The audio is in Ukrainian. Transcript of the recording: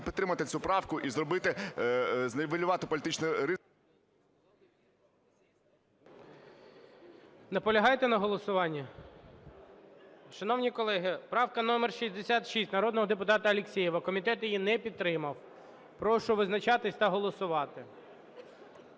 підтримати цю правку, і зробити, знівелювати політичний… ГОЛОВУЮЧИЙ. Наполягаєте на голосуванні? Шановні колеги, правка номер 66 народного депутата Алєксєєва, комітет її не підтримав. Прошу визначатися та голосувати.